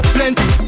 Plenty